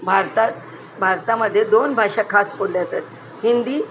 भारतात भारतामध्ये दोन भाषा खास बोलल्या जातात हिंदी